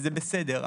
וזה בסדר.